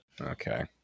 Okay